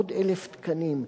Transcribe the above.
עוד 1,000 תקנים,